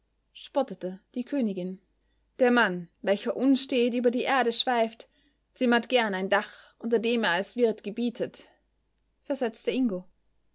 spottete die königin der mann welcher unstet über die erde schweift zimmert gern ein dach unter dem er als wirt gebietet versetzte ingo